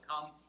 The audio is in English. come